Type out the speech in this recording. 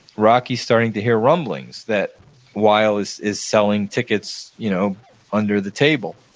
rocky's starting to hear rumblings that weill is is selling tickets you know under the table,